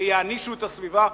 ויענישו את הסביבה?